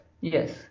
yes